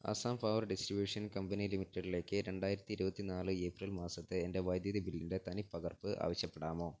Assam power distribution company ലിമിറ്റഡിലേക്ക് രണ്ടായിരത്തി ഇരുപത്തിനാല് ഏപ്രിൽ മാസത്തെ എൻ്റെ വൈദ്യുതി ബില്ലിൻ്റെ തനിപ്പകർപ്പ് ആവശ്യപ്പെടാമോ